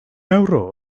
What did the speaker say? ewro